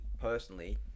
personally